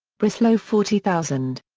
breslau forty thousand.